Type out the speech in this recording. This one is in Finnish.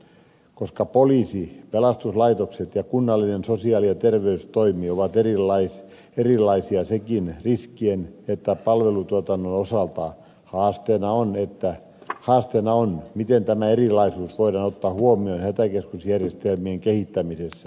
koska poliisi pelastuslaitokset ja kunnallinen sosiaali ja terveystoimi ovat erilaisia sekä riskien että palvelutuotannon osalta haasteena on miten tämä erilaisuus voidaan ottaa huomioon hätäkeskusjärjestelmien kehittämisessä